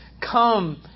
come